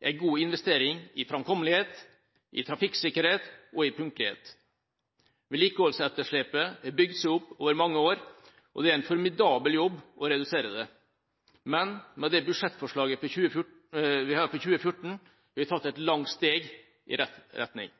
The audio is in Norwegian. en god investering i framkommelighet, trafikksikkerhet og punktlighet. Vedlikeholdsetterslepet har bygd seg opp over mange år, og det er en formidabel jobb å redusere det, men med det budsjettforslaget vi har for 2014, har vi tatt et langt steg i rett retning.